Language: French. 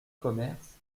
commerce